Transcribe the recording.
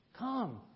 Come